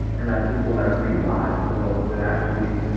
and, i think what i realized was that actually